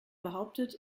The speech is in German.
behauptet